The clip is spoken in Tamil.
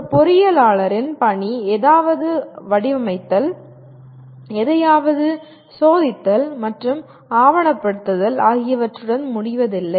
ஒரு பொறியியலாளரின் பணி எதையாவது வடிவமைத்தல் எதையாவது சோதித்தல் மற்றும் ஆவணப்படுத்துதல் ஆகியவற்றுடன் முடிவதில்லை